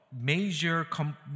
Major